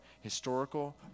historical